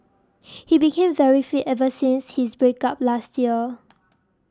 he became very fit ever since his break up last year